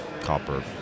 copper